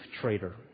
trader